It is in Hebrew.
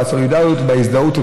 בסולידריות ובהזדהות.